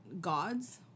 gods